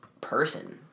person